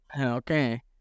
Okay